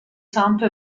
santo